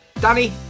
Danny